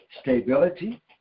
stability